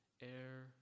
air